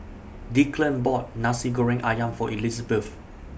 Declan bought Nasi Goreng Ayam For Elizebeth